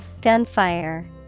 gunfire